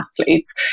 athletes